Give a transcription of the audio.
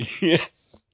Yes